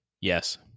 Yes